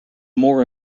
more